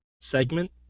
segment